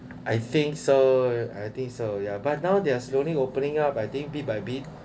I think so I think so yeah but now they are slowly opening up I think bit by bit